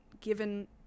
given